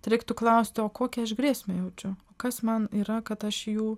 tai reiktų klausti o kokią aš grėsmę jaučiu o kas man yra kad aš jų